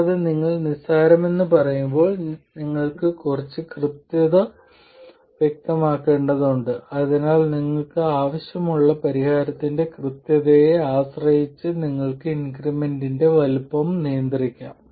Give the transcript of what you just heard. കൂടാതെ നിങ്ങൾ നിസ്സാരമെന്ന് പറയുമ്പോൾ നിങ്ങൾ കുറച്ച് കൃത്യത വ്യക്തമാക്കേണ്ടതുണ്ട് അതിനാൽ നിങ്ങൾക്ക് ആവശ്യമുള്ള പരിഹാരത്തിന്റെ കൃത്യതയെ ആശ്രയിച്ച് നിങ്ങൾക്ക് ഇൻക്രിമെന്റിന്റെ വലുപ്പം നിയന്ത്രിക്കാം